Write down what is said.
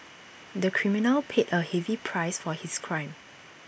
the criminal paid A heavy price for his crime